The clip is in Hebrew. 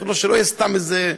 שלא יהיה סתם איזה,